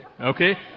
Okay